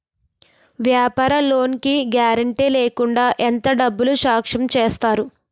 వ్యాపార లోన్ కి గారంటే లేకుండా ఎంత డబ్బులు సాంక్షన్ చేస్తారు?